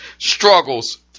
Struggles